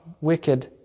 wicked